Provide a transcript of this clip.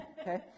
okay